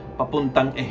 papuntang